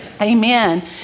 amen